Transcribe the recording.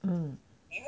mm